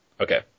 Okay